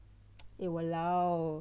eh !walao!